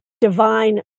divine